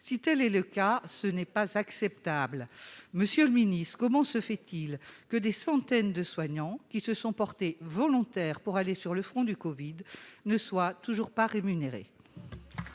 si telle est le cas, ce n'est pas acceptable, monsieur le Ministre, comment se fait-il que des centaines de soignants qui se sont portés volontaires pour aller sur le front du Covid ne soit toujours pas rémunérée.